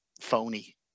phony